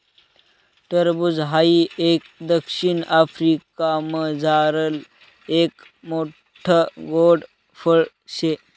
टरबूज हाई एक दक्षिण आफ्रिकामझारलं एक मोठ्ठ गोड फळ शे